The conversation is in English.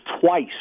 twice